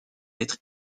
être